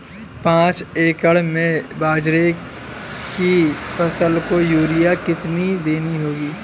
पांच एकड़ में बाजरे की फसल को यूरिया कितनी देनी होगी?